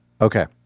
Okay